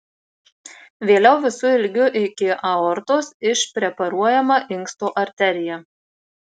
vėliau visu ilgiu iki aortos išpreparuojama inksto arterija